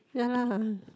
ya lah